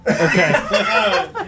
Okay